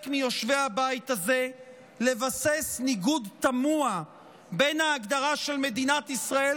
מיושבי הבית הזה לבסס ניגוד תמוה בין ההגדרה של מדינת ישראל